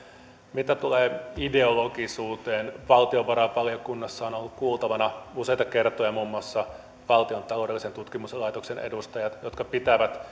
mitä tulee ideologisuuteen valtiovarainvaliokunnassa ovat olleet kuultavana useita kertoja muun muassa valtion taloudellisen tutkimuslaitoksen edustajat jotka pitävät